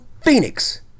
Phoenix